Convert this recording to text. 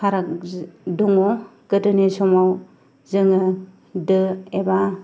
फाराग दङ गोदोनि समाव जोङो दो एबा